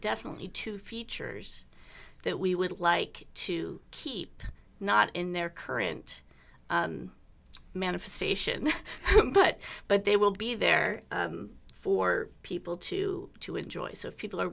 definitely two features that we would like to keep not in their current manifestation but but they will be there for people to to enjoy so if people are